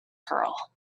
pearl